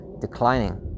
declining